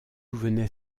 venait